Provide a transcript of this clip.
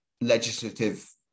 legislative